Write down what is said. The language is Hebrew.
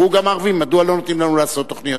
יאמרו גם הערבים: מדוע לא נותנים לנו לעשות תוכניות?